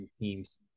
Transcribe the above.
teams